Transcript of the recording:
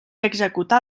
executar